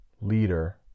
leader